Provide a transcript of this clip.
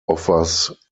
offers